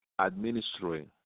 administering